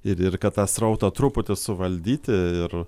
ir ir kad tą srautą truputį suvaldyti ir